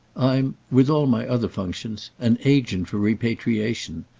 i'm with all my other functions an agent for repatriation.